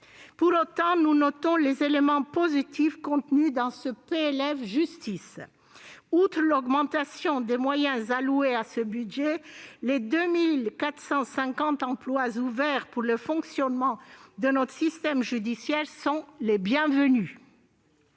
Pour autant, nous notons les éléments positifs de la mission « Justice » de ce PLF. Outre l'augmentation des moyens alloués à cette mission, les 2 450 emplois ouverts pour le fonctionnement de notre système judiciaire sont les bienvenus.